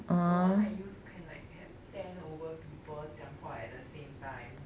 the one I use can like have ten over people 讲话 at the same time